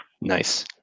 Nice